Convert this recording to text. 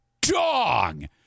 dong